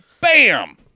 Bam